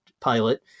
pilot